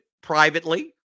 privately